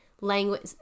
language